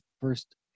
first